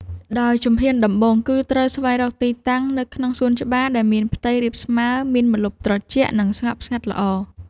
ដោយជំហានដំបូង គឺត្រូវស្វែងរកទីតាំងនៅក្នុងសួនច្បារដែលមានផ្ទៃរាបស្មើ មានម្លប់ត្រជាក់ និងស្ងប់ស្ងាត់ល្អ។